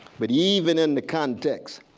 but even in the context